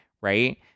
Right